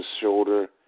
shoulder